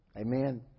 amen